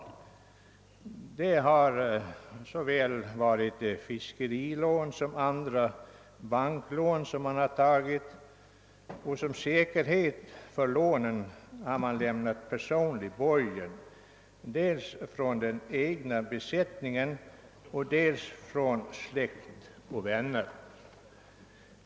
De har tagit både fiskerilån och vanliga banklån, och som säkerhet för dem har dels den egna besättningen, dels släkt och vänner ställt personlig borgen.